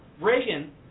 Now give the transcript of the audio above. Reagan